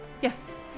Yes